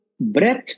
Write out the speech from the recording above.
breath